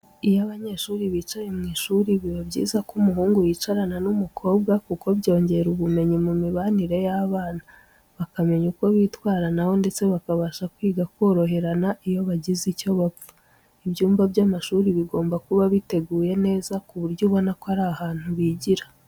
Iyo abanyeshuri bicaye mu ishuri biba byiza ko umuhungu yicarana n'umukobwa kuko byongera ubumenyi mu mibanire y'abana; bakamenya uko bitwaranaho ndetse bakabasha kwiga koroherana iyo bagize icyo bapfa. Ibyumba by'amashuri bigomba kuba biteguye neza ku buryo ubona ko ari ahantu bigira.